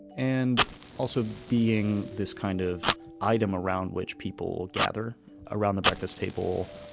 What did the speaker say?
and also being this kind of item around which people gather around the breakfast table.